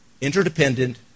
Interdependent